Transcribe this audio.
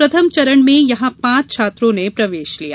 प्रथम चरण में यहां पांच छात्रों ने प्रवेश लिया